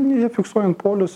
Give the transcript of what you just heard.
jie fiksuojant polius